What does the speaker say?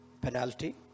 penalty